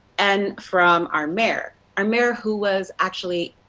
and from our mayor. a mayor who was actually,